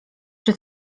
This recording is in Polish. czy